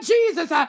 Jesus